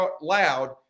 loud